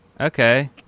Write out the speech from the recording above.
Okay